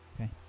Okay